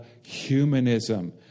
humanism